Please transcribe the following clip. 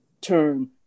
term